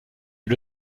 est